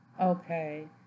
Okay